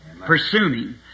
Pursuing